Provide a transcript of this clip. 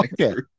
Okay